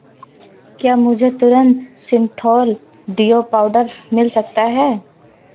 क्या मुझे तुरंत सिंथौल डीओ पाउडर मिल सकता है